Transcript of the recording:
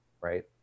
right